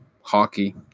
hockey